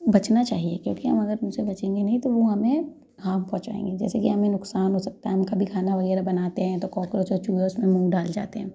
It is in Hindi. बचना चाहिए क्योंकि हम अगर उनसे बचेंगे नहीं तो वो हमें हार्म पहुँचायेंगे जैसे कि हमें नुकसान हो सकता है हम कभी खाना वगैरह बनाते हैं तो कोक्रोच और चूहे उसमें मुँह डाल जाते हैं